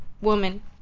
woman